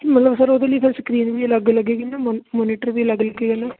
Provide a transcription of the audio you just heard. ਮਤਲਬ ਸਰ ਉਹਦੇ ਲਈ ਤਾਂ ਸਕਰੀਨ ਵੀ ਅਲੱਗ ਲੱਗੇਗੀ ਨਾ ਮੋ ਮੋਨੀਟਰ ਵੀ ਅਲੱਗ ਲੱਗੇਗਾ ਨਾ